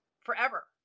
Forever